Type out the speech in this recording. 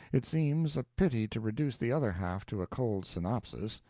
it seems a pity to reduce the other half to a cold synopsis.